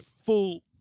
full